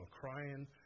crying